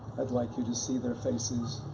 i'd like you to see their faces,